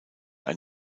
ein